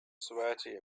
sweaty